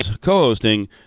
Co-hosting